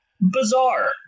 Bizarre